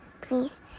please